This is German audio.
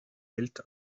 hält